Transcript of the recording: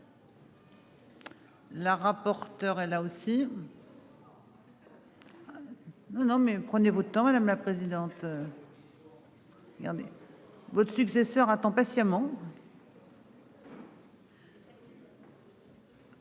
La rapporteure elle là aussi. Non non mais, prenez votre temps. Madame la présidente. Gardez. Votre successeur attends patiemment.